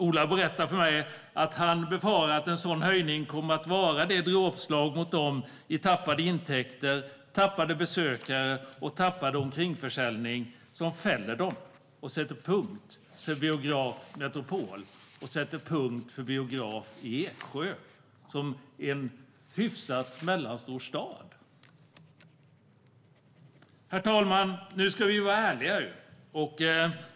Ola berättade för mig att han befarar att en sådan höjning kommer att vara det dråpslag mot dem i förlorade intäkter, förlorade besökare och förlorad omkringförsäljning som fäller dem och sätter punkt för biograf Metropol och för en biograf i Eksjö, som är en hyfsat mellanstor stad. Herr talman! Nu ska vi ju vara ärliga.